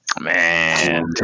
Man